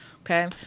Okay